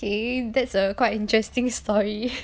okay that's a quite interesting story